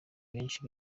benshi